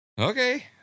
Okay